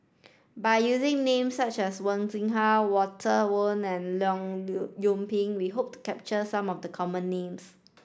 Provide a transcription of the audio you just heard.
by using names such as Wen Jinhua Walter Woon and Leong Yoon Pin we hope to capture some of the common names